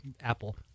Apple